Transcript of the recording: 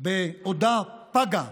בעודה פגה,